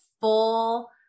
full